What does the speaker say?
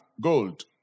gold